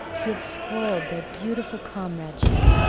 he had spoiled their beautiful comradeship.